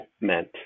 meant